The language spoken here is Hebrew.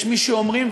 יש מי שאומרים,